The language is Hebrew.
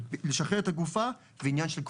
לשחרר את הגופה זה עניין של קבורה,